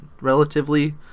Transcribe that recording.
relatively